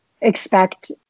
expect